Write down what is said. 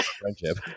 friendship